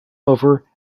over